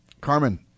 Carmen